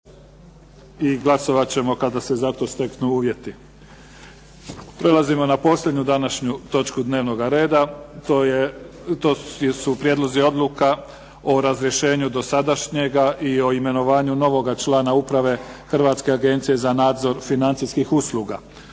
**Mimica, Neven (SDP)** Prelazimo na posljednju današnju točku dnevnoga reda. - Prijedlozi odluka o razrješenju dosadašnjeg i o imenovanju novog člana Uprave Hrvatske agencije za nadzor financijskih usluga,